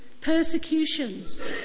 persecutions